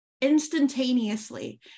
instantaneously